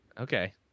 Okay